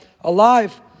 alive